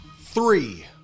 Three